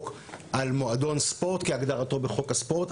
על מועדון ספורט כהגדרתו בחוק הספורט,